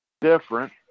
different